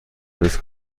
نویس